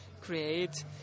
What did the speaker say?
create